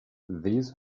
this